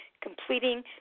completing